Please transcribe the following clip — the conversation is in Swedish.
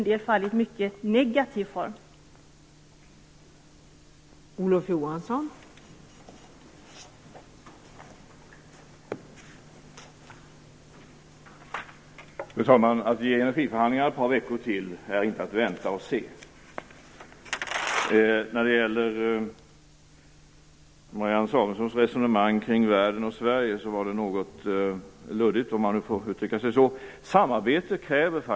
Det blir mycket negativt i en del fall.